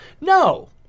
no